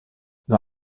nur